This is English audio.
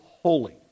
holy